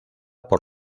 por